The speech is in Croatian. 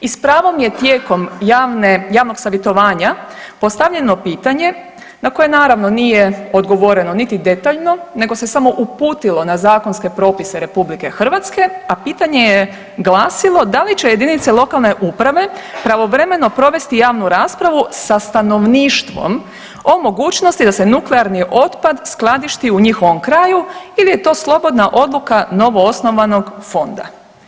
I s pravom je tijekom javnog savjetovanja postavljeno pitanje, na koje naravno nije odgovoreno niti detaljno, nego se samo uputilo na zakonske propise Republike Hrvatske, a pitanje je glasilo, da li će jedinice lokalne uprave pravovremeno provesti javnu raspravu sa stanovništvom, o mogućnosti da se nuklearni otpad skladišti u njihovom kraju ili je to slobodna odluka novoosnovanog Fonda.